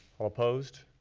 all opposed?